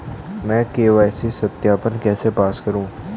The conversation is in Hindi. मैं के.वाई.सी सत्यापन कैसे पास करूँ?